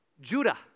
Judah